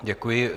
Děkuji.